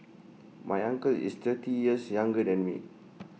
my uncle is thirty years younger than me